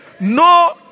no